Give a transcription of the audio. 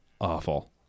awful